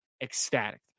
ecstatic